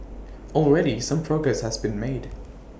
already some progress has been made